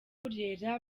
burera